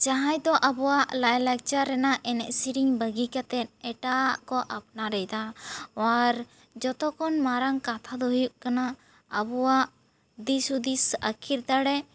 ᱡᱟᱦᱟᱸᱭ ᱫᱚ ᱟᱵᱚᱣᱟᱜ ᱞᱟᱭ ᱞᱟᱠᱪᱟᱨ ᱨᱮᱱᱟᱜ ᱮᱱᱮᱡ ᱥᱮᱨᱮᱧ ᱵᱟᱹᱜᱤ ᱠᱟᱛᱮ ᱮᱴᱟᱜᱼᱟᱜ ᱠᱚ ᱟᱯᱱᱟᱨ ᱮᱫᱟ ᱟᱨ ᱡᱚᱛᱚ ᱠᱷᱚᱱ ᱢᱟᱨᱟᱝ ᱠᱟᱛᱷᱟ ᱫᱚ ᱦᱩᱭᱩᱜ ᱠᱟᱱᱟ ᱟᱵᱚᱣᱟᱜ ᱫᱤᱥ ᱦᱩᱫᱤᱥ ᱟᱹᱠᱤᱞ ᱫᱟᱲᱮ